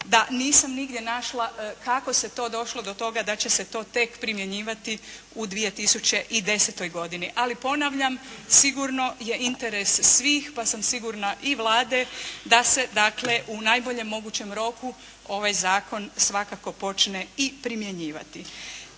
da nisam nigdje našla kako se to došlo do toga da će se to tek primjenjivati u 2010. godini. Ali ponavljam, sigurno je interes svih, pa sam sigurna i Vlade da se dakle, u najboljem mogućem roku ovaj Zakon svakako počne i primjenjivati.